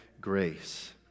grace